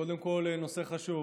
קודם כול, הנושא חשוב.